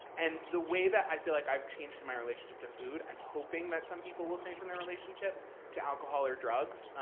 and the way that i feel like i've changed in my relationship to food, i'm hoping that some people will change in their relationship to alcohol or drugs,